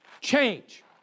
Change